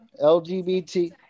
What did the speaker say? LGBT